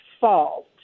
fault